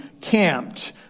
camped